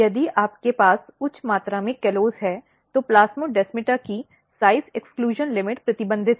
यदि आपके पास उच्च मात्रा में कॉलोस है तो प्लाज़मोडासमाता की आकार अपवर्जन सीमा प्रतिबंधित है